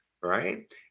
right